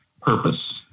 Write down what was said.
purpose